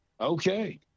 okay